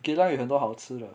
geylang 有很多好吃的